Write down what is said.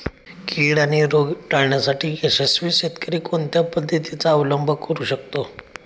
कीड आणि रोग टाळण्यासाठी यशस्वी शेतकरी कोणत्या पद्धतींचा अवलंब करू शकतो?